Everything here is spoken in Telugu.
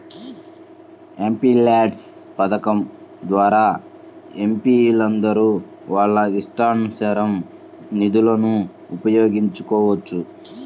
ఎంపీల్యాడ్స్ పథకం ద్వారా ఎంపీలందరూ వాళ్ళ ఇష్టానుసారం నిధులను ఉపయోగించుకోవచ్చు